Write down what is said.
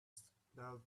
spell